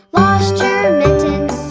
lost your mittens